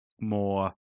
more